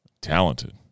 talented